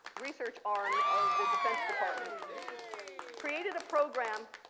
research arm of the defense department created a program